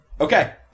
Okay